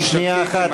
שנייה אחת,